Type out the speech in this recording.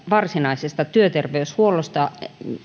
varsinaisesta työterveyshuollosta